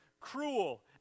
cruel